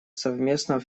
совместного